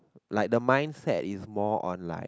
like the mindset is more on like